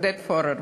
עודד פורר,